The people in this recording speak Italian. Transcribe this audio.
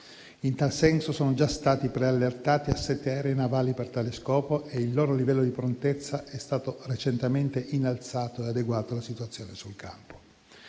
In tal senso, sono già stati preallertati assetti aeronavali per tale scopo e il loro livello di prontezza è stato recentemente innalzato e adeguato alla situazione sul campo.